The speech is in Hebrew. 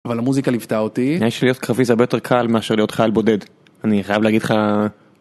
אבל המוזיקה ליוותה אותי. יש נראה ל שלהיות קרבי זה הרבה יותר קל מאשר להיות חייל בודד. אני חייב להגיד לך...